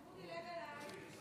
למה הוא דילג עליי?